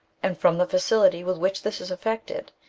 and from the facility with which this is effected,